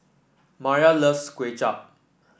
Mariah loves Kuay Chap